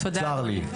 צר לי.